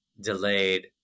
delayed